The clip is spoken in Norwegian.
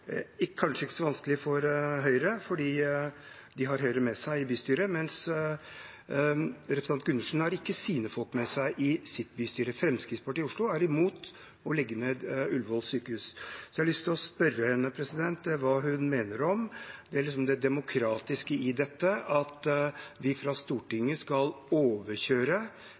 kanskje ikke så vanskelig for Høyre, for de har Høyre med seg i bystyret, men representanten Bruun-Gundersen har ikke sine folk med seg i bystyret. Fremskrittspartiet i Oslo er imot å legge ned Ullevål sykehus. Jeg har lyst til å spørre: Hva mener representanten om det demokratiske i det at vi fra Stortinget skal overkjøre